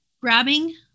grabbing